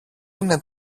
είναι